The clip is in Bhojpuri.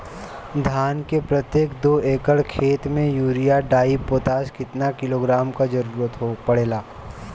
धान के प्रत्येक दो एकड़ खेत मे यूरिया डाईपोटाष कितना किलोग्राम क जरूरत पड़ेला?